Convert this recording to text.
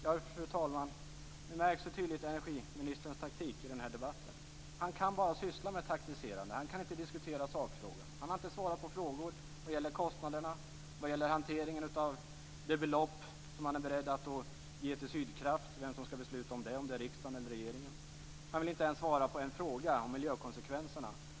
Fru talman! Energiministerns taktik märks tydligt i den här debatten. Han kan bara syssla med taktik. Han kan inte diskutera sakfrågan. Han har inte svarat på frågor om kostnaderna, om hanteringen av det belopp man är beredd att ge till Sydkraft och om vem som skall besluta om det. Är det riksdagen eller regeringen? Han vill inte ens svara på en fråga om miljökonsekvenserna.